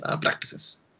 practices